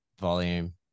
volume